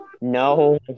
no